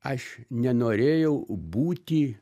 aš nenorėjau būti